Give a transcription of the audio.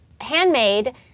handmade